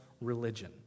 religion